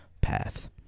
path